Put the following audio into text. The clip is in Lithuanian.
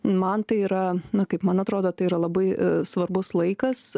man tai yra na kaip man atrodo tai yra labai svarbus laikas